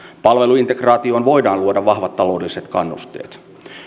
palveluintegraatioon voidaan luoda vahvat taloudelliset kannusteet